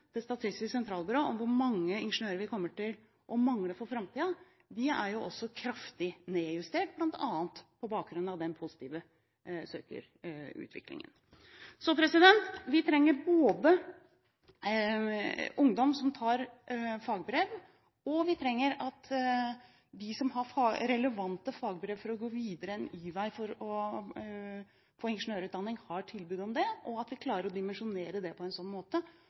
Statistisk sentralbyrå om hvor mange ingeniører vi kommer til å mangle for framtiden er også kraftig nedjustert, bl.a. på bakgrunn av den positive søkerutviklingen. Vi trenger ungdom som tar fagbrev, og vi trenger at de som har relevante fagbrev for å gå videre en Y-vei for å få ingeniørutdanning, har tilbud om det, og at vi klarer å dimensjonere det på en sånn måte